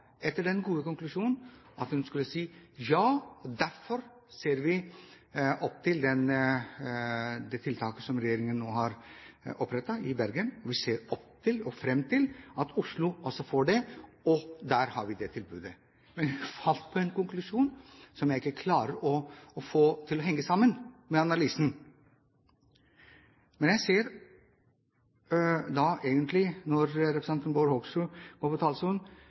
etter det gode innlegget, at hun skulle si: Derfor ser vi fram til det tiltaket som regjeringen nå har opprettet i Bergen, og vi ser fram til at Oslo også får det tilbudet. Men hun falt ned på en konklusjon som jeg ikke klarer å få til å henge sammen med analysen. Men når representanten Bård Hoksrud går på talerstolen,